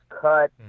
cut